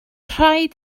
rhaid